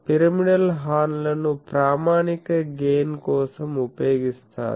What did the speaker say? pyramidal horn లను ప్రామాణిక gain కోసం ఉపయోగిస్తారు